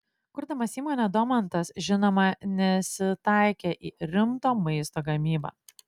kurdamas įmonę domantas žinoma nesitaikė į rimto maisto gamybą